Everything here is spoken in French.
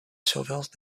surveillance